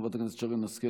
חברת הכנסת שרן השכל,